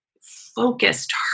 focused